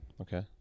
Okay